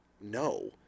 no